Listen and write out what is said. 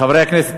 חברי הכנסת,